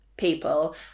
people